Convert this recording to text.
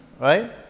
right